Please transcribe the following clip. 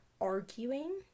arguing